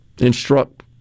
instruct